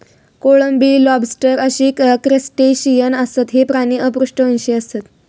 कोळंबी, लॉबस्टर अशी क्रस्टेशियन आसत, हे प्राणी अपृष्ठवंशी आसत